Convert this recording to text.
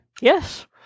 Yes